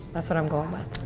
that's what i'm going with.